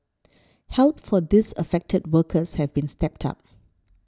help for these affected workers has been stepped up